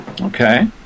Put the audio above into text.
Okay